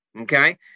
Okay